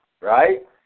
right